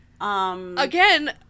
Again